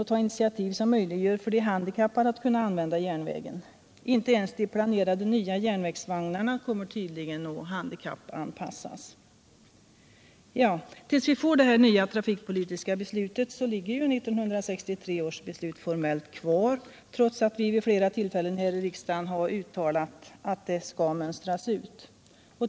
Tills vi får ett nytt trafikpolitiskt beslut ligger ju 1963 års beslut formellt fast, trots att vi vid flera tillfällen här i riksdagen har uttalat att det skall mönstras ut.